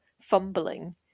fumbling